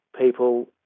people